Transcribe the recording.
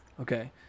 Okay